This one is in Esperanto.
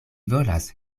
volas